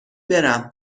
برم